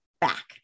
back